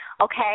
okay